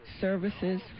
services